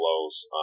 flows